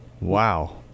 Wow